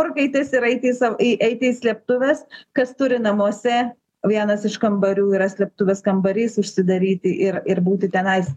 orkaites ir eit į sa į eiti į slėptuves kas turi namuose vienas iš kambarių yra slėptuvės kambarys užsidaryti ir ir būti tenais